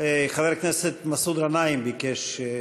חבר הכנסת מסעוד גנאים ביקש.